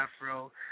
Afro